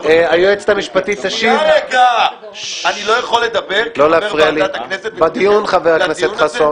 אני לא יכול לדבר, כחבר ועדת הכנסת, בדיון הזה?